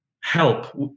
help